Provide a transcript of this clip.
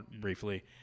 briefly